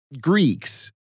Greeks